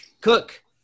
cook